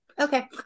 Okay